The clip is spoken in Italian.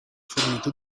fornito